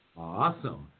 Awesome